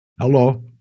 Hello